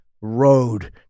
road